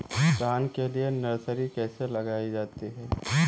धान के लिए नर्सरी कैसे लगाई जाती है?